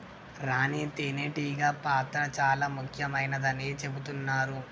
రాణి తేనే టీగ పాత్ర చాల ముఖ్యమైనదని చెబుతున్నరు